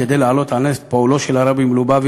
כדי להעלות על נס את פועלו של הרבי מלובביץ',